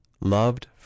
loved